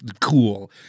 cool